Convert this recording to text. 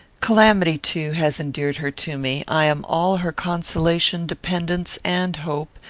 calamity, too, has endeared her to me i am all her consolation, dependence, and hope,